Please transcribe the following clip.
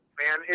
man